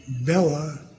Bella